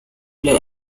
play